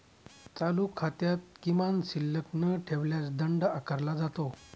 चालू खात्यात किमान शिल्लक न ठेवल्यास दंड आकारला जातो